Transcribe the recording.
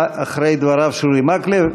אחרי דבריו של אורי מקלב,